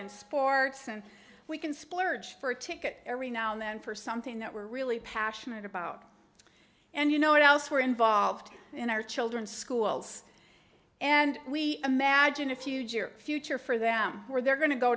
and sports and we can splurge for a ticket every now and then for something that we're really passionate about and you know what else we're involved in our children's schools and we imagine a future future for them where they're going to go